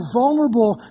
vulnerable